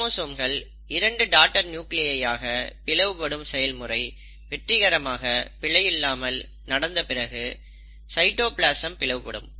குரோமோசோம்கள் இரண்டு daughter nuclei ஆக பிளவு படும் செயல்முறை வெற்றிகரமாக பிழையில்லாமல் நடந்த பிறகு சைட்டோபிளாசம் பிளவுபடும்